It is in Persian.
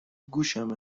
گوشمه